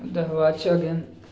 ओह्दे हा बाद च